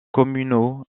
communaux